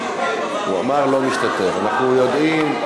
אנחנו יודעים,